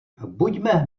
buďme